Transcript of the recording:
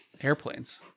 airplanes